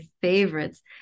favorites